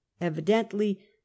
Evidently